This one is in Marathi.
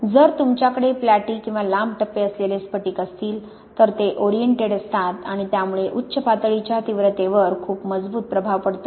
जर तुमच्याकडे प्लॅटी किंवा लांब टप्पे असलेले स्फटिक असतील तर ते ओरिएंटेड असतात आणि त्यामुळे उच्च पातळीच्या तीव्रतेवर खूप मजबूत प्रभाव पडतो